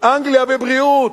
אנגליה בבריאות,